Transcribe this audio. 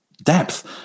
depth